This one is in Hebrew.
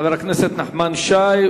חבר הכנסת נחמן שי,